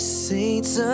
saints